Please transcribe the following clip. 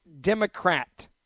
Democrat